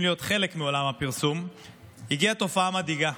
להיות חלק מעולם הפרסום הגיעה תופעה מדאיגה,